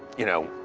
you know,